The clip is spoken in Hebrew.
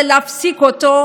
ולהפסיק את הדבר הזה.